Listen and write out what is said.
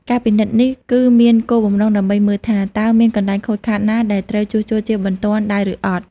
ការពិនិត្យនេះគឺមានគោលបំណងដើម្បីមើលថា តើមានកន្លែងខូចខាតណាដែលត្រូវជួសជុលជាបន្ទាន់ដែរឬអត់។